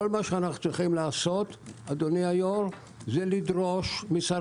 כל מה שאנו יכולים לעשות זה לדרוש משר